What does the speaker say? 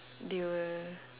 they were